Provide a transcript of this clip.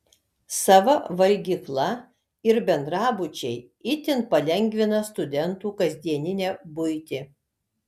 sava valgykla ir bendrabučiai itin palengvina studentų kasdieninę buitį